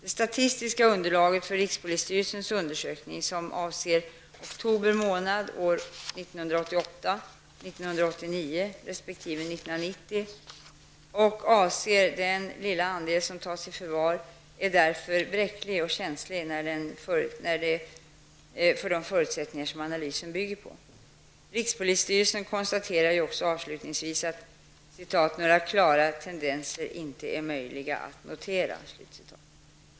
Det statistiska underlaget för rikspolisstyrelsens undersökning, som avser oktober månad 1988, 1989 resp. 1990 och avser den lilla andel som tas i förvar, är därför bräckligt och känsligt för de förutsättningar analysen bygger på. Rikspolisstyrelsen konstaterar ju också avslutningsvis att ''några klara tendenser inte är möjliga att notera''.